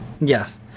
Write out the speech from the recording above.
Yes